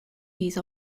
these